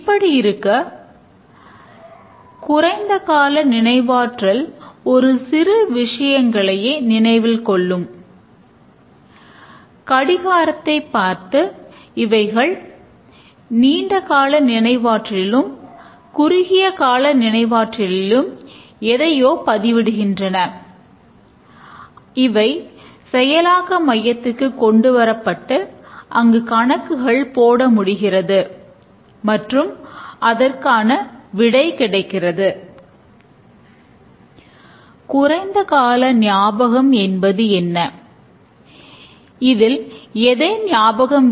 கட்டமைக்கப்பட்ட பகுப்பாய்வு செய்வதற்கு நாம் டி எஃப் டி மற்றும் அதைப் பார்த்தே சிஸ்டத்திற்கு என்ன செய்ய வேண்டும் என்ற ஒரு நல்ல புரிதலை நாம் பெறுவோம்